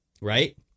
Right